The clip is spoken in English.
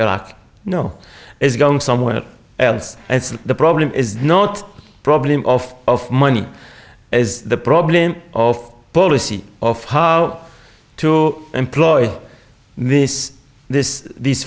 know is going somewhere else and the problem is not a problem of money is the problem of policy of how to employ this this these